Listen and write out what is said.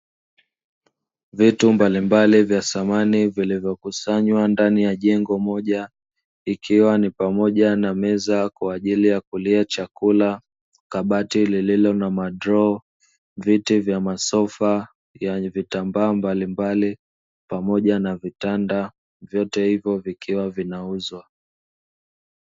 Vitu mbalimbali vya samani vilivyokusanywa ndani ya jengo moja ikiwa ni pamoja na meza kwa ajili ya kulia chakula, kabati lililo na madroo, viti vya masofa yenye vitambaa mbalimbali, pamoja na vitanda vyote hivyo vikiwa vinauzwa.